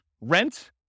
rent